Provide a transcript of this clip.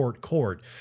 Court